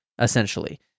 essentially